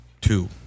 Two